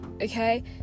okay